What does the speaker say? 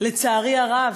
ולצערי הרב,